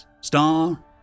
star